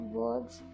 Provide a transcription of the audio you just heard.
words